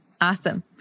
Awesome